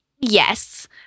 Yes